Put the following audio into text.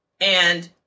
And-